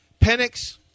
Penix